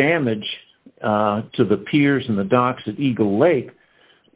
damage to the peers in the docks of eagle lake